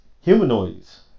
Humanoids